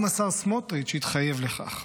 גם השר סמוטריץ' התחייב לכך,